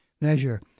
measure